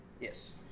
Yes